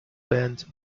band